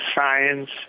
science